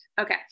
Okay